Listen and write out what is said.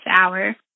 hour